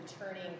returning